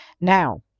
Now